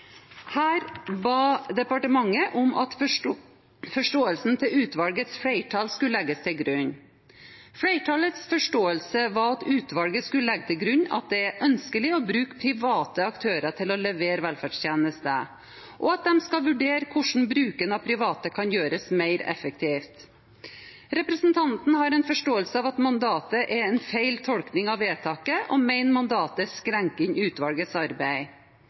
Her ba departementet om at forståelsen til utvalgets flertall skulle legges til grunn. Flertallets forståelse var at utvalget skulle legge til grunn at det var ønskelig å bruke private aktører til å levere velferdstjenester, og at de skulle vurdere hvordan bruken av private kunne gjøres mer effektiv. Representanten har en forståelse av at mandatet er en feil tolkning av vedtaket, og mener mandatet innskrenker utvalgets arbeid.